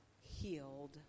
healed